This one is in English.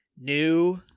New